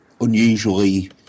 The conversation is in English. unusually